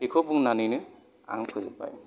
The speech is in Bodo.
बिखौ बुंनानैनो आं फोजोबबाय